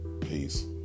Peace